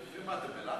מה, אתם בלחץ, מה קרה?